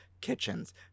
kitchens